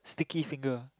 sticky finger